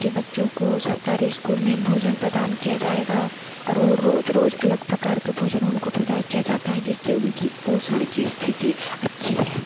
के बच्चों को सरकारी स्कूल मे भोजन प्रदान किया जाएगा और वो रोज़ रोज़ अलग प्रकार के भोजन उनको प्रदान किया जाता है जिस से उनको पोषण की स्थिति अच्छी है